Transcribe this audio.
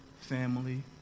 family